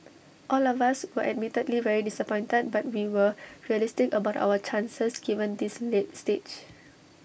all of us were admittedly very disappointed but we were realistic about our chances given this late stage